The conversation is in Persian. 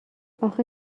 آخه